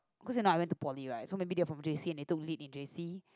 cause you know I went to poly right so maybe they were from J_C and they took leap in J_C